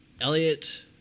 Elliot